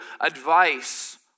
advice